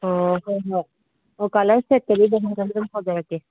ꯑꯣ ꯍꯣꯏ ꯍꯣꯏ ꯑꯣ ꯀꯂꯔ ꯁꯦꯠꯀꯗꯤ ꯑꯗꯨꯝ ꯐꯖꯅ ꯊꯥꯖꯔꯛꯀꯦ